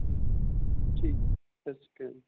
ਠੀ ਠੀਕ ਸਤਿ ਸ਼੍ਰੀ ਅਕਾਲ ਜੀ